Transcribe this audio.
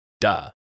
Duh